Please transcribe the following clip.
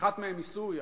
אחת מהן היא סוריה,